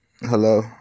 Hello